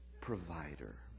provider